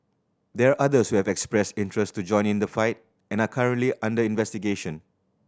there others who have expressed interest to join in the fight and are currently under investigation